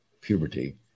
puberty